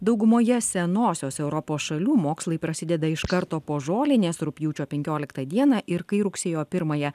daugumoje senosios europos šalių mokslai prasideda iš karto po žolinės rugpjūčio penkioliktą dieną ir kai rugsėjo pirmąją